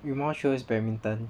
羽毛球 is badminton